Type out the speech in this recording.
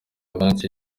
banki